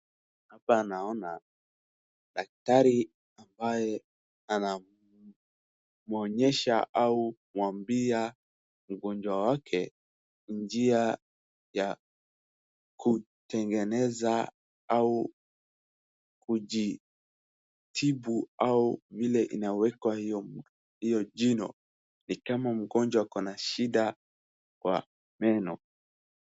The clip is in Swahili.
Hapa naona daktari ambaye anamuonyesha au kumwambia mgonjwa wake njia ya kutengeneza au kujitibu au vile inawekwa hiyo jino. Ni kama mgonjwa akona shida kwa meno.